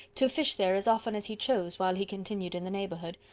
to fish there as often as he chose while he continued in the neighbourhood,